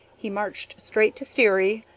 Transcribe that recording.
he marched straight to sterry,